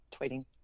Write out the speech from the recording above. tweeting